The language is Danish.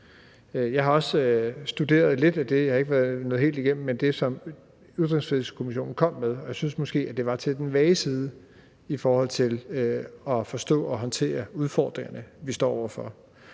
jeg er ikke nået helt igennem – som Ytringsfrihedskommissionen kom med, og jeg synes måske, det var til den vage side i forhold til at forstå og håndtere udfordringerne, vi står over for,